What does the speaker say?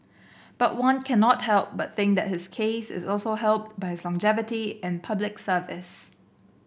but one cannot help but think that his case is also helped by his longevity in Public Service